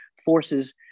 forces